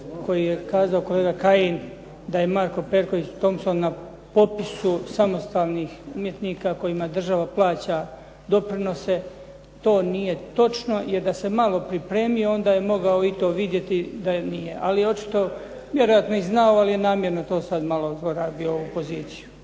koji je kazao kolega Kajin da je Marko Perković Thompson na popisu samostalnih umjetnika kojima država plaća doprinose. To nije točno, jer da se malo pripremio onda je mogao i to vidjeti da nije, ali očito, vjerojatno je i znao, ali je namjerno to sad malo zlorabio ovu poziciju.